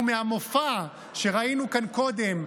ומהמופע שראינו כאן קודם,